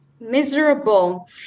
miserable